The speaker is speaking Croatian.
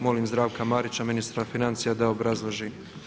Molim Zdravka Marića, ministra financija da obrazloži.